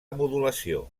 modulació